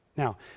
Now